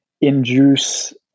induce